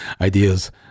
ideas